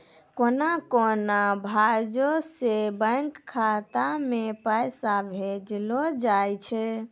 कोन कोन भांजो से बैंक खाता मे पैसा भेजलो जाय छै?